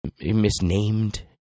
misnamed